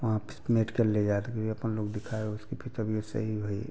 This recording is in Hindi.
वहाँ फिर मेडिकल ले जाके अपन लोग दिखाए उसकी फिर तबियत सही भई